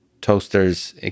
toasters